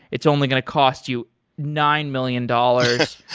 it's only going to cost you nine million dollars.